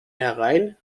herein